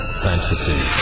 fantasy